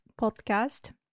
podcast